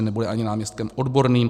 Nebude ani náměstkem odborným.